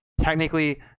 technically